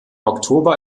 oktober